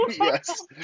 yes